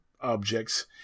objects